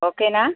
ఓకేనా